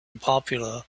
popular